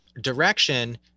direction